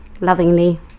lovingly